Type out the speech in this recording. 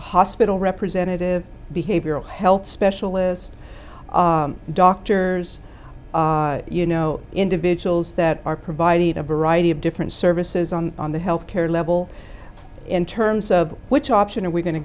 hospital representative behavioral health specialist doctor you know individuals that are providing a variety of different services on the health care level in terms of which option are we going to